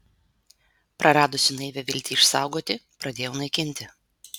praradusi naivią viltį išsaugoti pradėjau naikinti